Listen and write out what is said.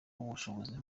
ubushobozi